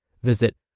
Visit